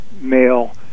male